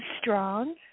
strong